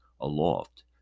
aloft